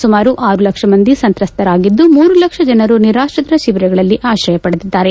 ಸುಮಾರು ಆರು ಲಕ್ಷ ಮಂದಿ ಸಂತ್ರಸ್ತರಾಗಿದ್ದು ಮೂರು ಲಕ್ಷ ಜನರು ನಿರಾತ್ರಿತ ಶಿಬಿರಗಳಲ್ಲಿ ಆತ್ರಯ ಪಡೆದಿದ್ದಾರೆ